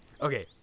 Okay